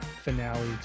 finale